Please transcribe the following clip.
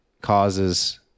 causes